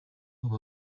abo